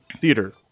theater